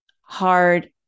hard